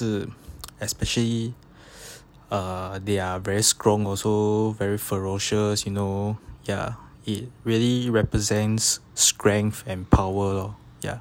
especially err they are very strong also very ferocious you know ya it really represents strength and power lor ya